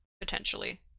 potentially